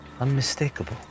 unmistakable